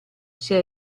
sia